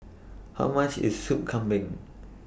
How much IS Soup Kambing